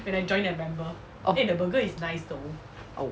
orh oh